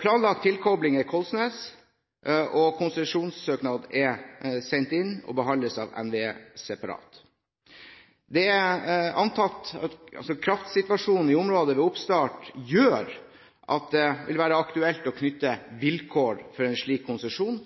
Planlagt tilkoblingspunkt er Kollsnes, og konsesjonssøknad er sendt inn og behandles av NVE separat. Kraftsituasjonen i området ved oppstart gjør at det vil være aktuelt å knytte vilkår til en slik konsesjon,